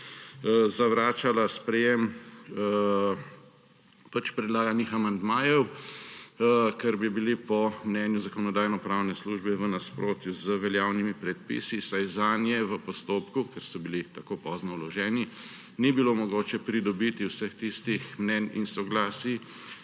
zavračala sprejetje predlaganih amandmajev, ker bi bili po mnenju Zakonodajno-pravne službe v nasprotju z veljavnimi predpisi, saj zanje v postopku, ker so bili tako pozno vloženi, ni bilo mogoče pridobiti vseh tistih mnenj in soglasij,